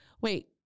wait